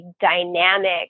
dynamic